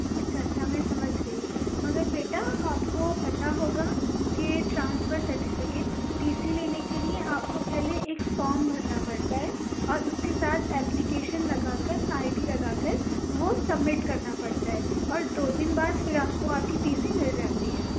اچھا اچھا میں سمجھ گئی مگر بیٹا آپ کو پتّہ ہوگا کہ ٹرانسفر سرٹیفکیٹ ٹی سی لینے کے لیے آپ کو پہلے ایک فام بھرنا پڑتا ہے اور اُس کے ساتھ ایپلیکیشن لگا کر آئی ڈی لگا کر وہ سبمٹ کرنا پڑتا ہے اور دو دِن بعد پھر آپ کو آپ کی ٹی سی مل جاتی ہے